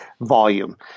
volume